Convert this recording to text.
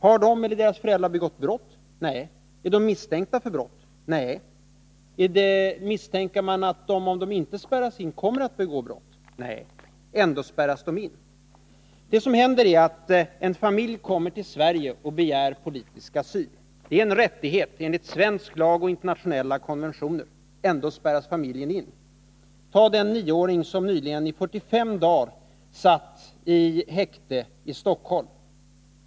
Har de eller deras föräldrar begått brott? Nej. Ar de misstänkta för brott? Nej. Misstänker man att de, om de inte stängs in. kommer att begå brott? Nej. Ändå spärras de in. Det som händer är att en familj kommer till Sverige och begär politisk asyl. Det är en rättighet som man har enligt svensk lag och internationella konventioner. Ändå spärras familjen in. den nioåring som i 45 dagar satt i häkte i Stockholm.